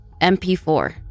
MP4